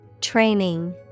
Training